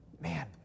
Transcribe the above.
man